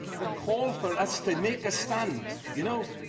the call for us to make a stand, you know?